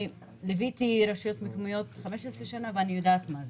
ליוויתי רשויות מקומיות 15 שנים ואני יודעת מה זה.